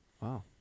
Wow